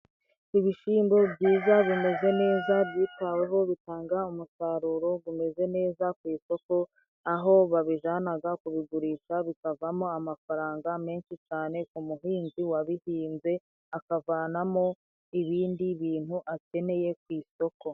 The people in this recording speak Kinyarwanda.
ibishyimbo byiza bimeze neza byitaweho bitanga umusaruro gumeze neza ku isoko aho babijanaga kubigurisha bikavamo amafaranga menshi cane ku muhinzi wabihinze akavanamo ibindi bintu akeneye ku isoko